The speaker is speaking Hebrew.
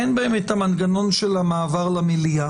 אין בהן את המנגנון של מעבר למליאה.